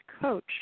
coach